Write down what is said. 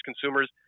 consumers